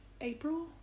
April